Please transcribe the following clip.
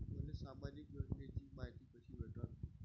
मले सामाजिक योजनेची मायती कशी भेटन?